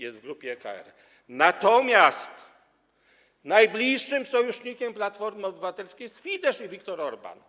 jest w grupie EKR, natomiast najbliższym sojusznikiem Platformy Obywatelskiej jest Fidesz i Viktor Orbán.